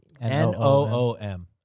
N-O-O-M